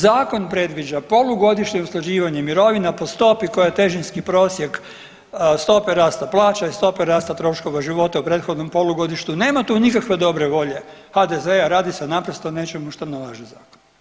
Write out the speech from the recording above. Zakon predviđa polugodišnje usklađivanje mirovina po stopi koja je težinski prosjek stope rasta plaća i stope rasta troškova života u prethodnom polugodištu, nema tu nikakve dobre volje HDZ-a, radi se naprosto o nečemu što nalaže zakon.